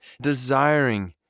desiring